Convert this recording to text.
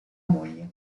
moglie